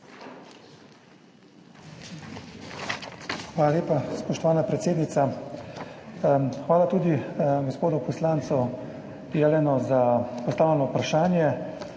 Hvala lepa, spoštovana predsednica. Hvala tudi gospodu poslancu Jelenu za postavljeno vprašanje.